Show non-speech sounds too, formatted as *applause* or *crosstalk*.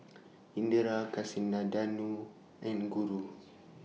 Indira Kasinadhuni and Guru *noise*